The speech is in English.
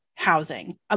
housing